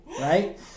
right